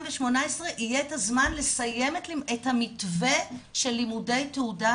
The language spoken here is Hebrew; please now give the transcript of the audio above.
יהיה את הזמן לסיים את המתווה של לימודי תעודה,